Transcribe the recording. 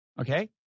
Okay